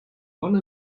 one